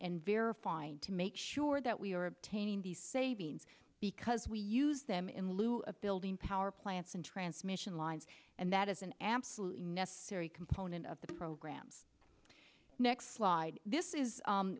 and verifying to make sure that we are obtaining the savings because we use them in lieu of building power plants and transmission lines and that is an absolutely necessary component of the programs next slide this is